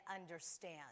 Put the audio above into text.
understand